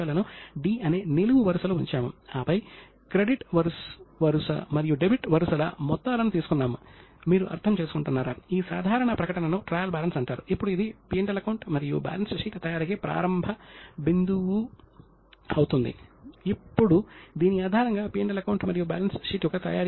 ఎందుకంటే కౌటిల్యుని అర్థశాస్త్ర ప్రకారం మనం చూసిన అకౌంటింగ్ అటువంటి వివరణాత్మక వ్యవస్థను కలిగి ఉండి అభివృద్ధి చెందిన వాణిజ్యానికి చాలా అనువుగా ఉండేది